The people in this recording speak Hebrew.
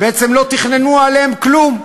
בעצם לא תכננו עליהן כלום,